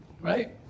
Right